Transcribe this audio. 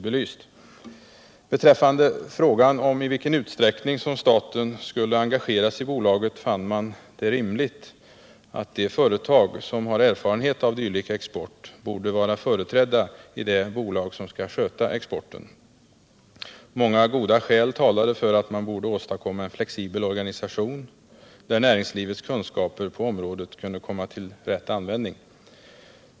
Beträffande frågan om i vilken utsträckning som staten skulle engageras i bolaget fann man det rimligt att de företag som har erfarenhet av dylik export borde vara företrädda i det bolag som skall sköta exporten. Många goda skäl talade för att man borde åstadkomma en flexibel organisation, där näringslivets kunskaper på området kunde komma till rätt användning.